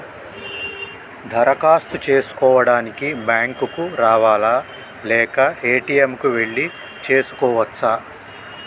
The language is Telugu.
దరఖాస్తు చేసుకోవడానికి బ్యాంక్ కు రావాలా లేక ఏ.టి.ఎమ్ కు వెళ్లి చేసుకోవచ్చా?